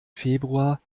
februar